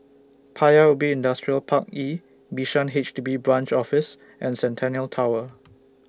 Paya Ubi Industrial Park E Bishan H D B Branch Office and Centennial Tower